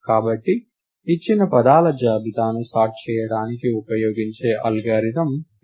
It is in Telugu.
కాబట్టి ఇచ్చిన పదాల జాబితాను సార్ట్ చేయడానికి ఉపయోగించే అల్గోరిథం ఇది